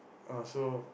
ah so